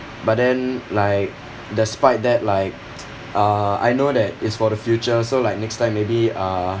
but then like despite that like uh I know that it's for the future so like next time maybe uh